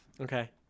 Okay